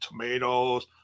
tomatoes